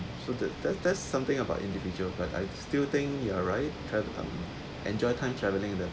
so that that that's something about individual but I still think you are right trav~ um enjoy time traveling then